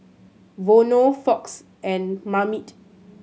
Vono Fox and Marmite